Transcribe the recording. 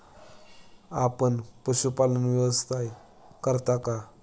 आपण पशुपालन व्यवसाय करता का?